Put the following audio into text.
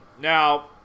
Now